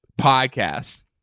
podcast